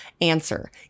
answer